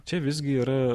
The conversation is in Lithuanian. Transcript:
čia visgi yra